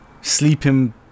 sleeping